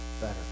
better